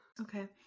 Okay